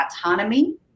autonomy